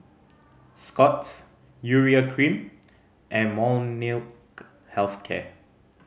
Scott's Urea Cream and Molnylcke Health Care